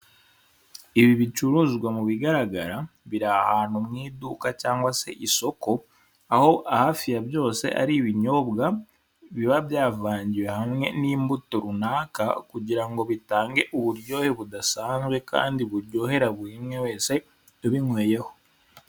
Ibi bicuruzwa mu bigaragara biri ahantu mu iduka cyangwa se isoko, aho hafi ya byose ari ibinyobwa biba byavangiwe hamwe n'imbuto runaka, kugira ngo bitange uburyohe budasanzwe kandi buryohera buri umwe wese, ubinyweyeho.